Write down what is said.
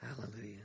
Hallelujah